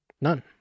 None